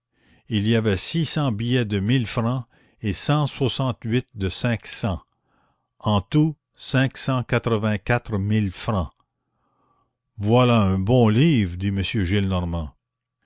il y avait cinq cents billets de mille francs et cent soixante-huit de cinq cents en tout cinq cent quatre-vingt-quatre mille francs voilà un bon livre dit